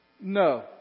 No